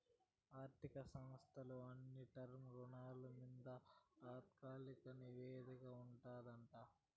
ఆర్థిక సంస్థల అన్ని టర్మ్ రుణాల మింద తాత్కాలిక నిషేధం ఉండాదట